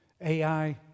AI